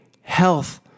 health